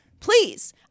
Please